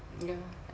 yeah